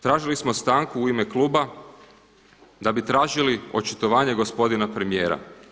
Tražili smo stanku u ime kluba da bi tražili očitovanje gospodina premijera.